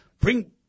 bring